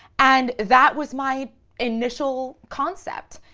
and that was my initial concept.